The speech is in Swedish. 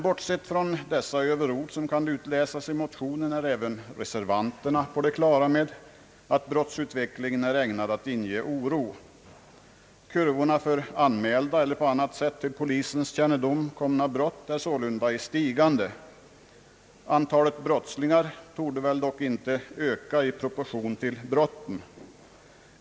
Bortsett från de överord som kan utläsas i motionen är även reservanterna på det klara med att brottsutvecklingen är ägnad att inge oro. Kurvorna över anmälda eller på annat sätt till polisens kännedom komna brott är sålunda i stigande. Antalet brottslingar torde dock inte öka i proportion till brotten.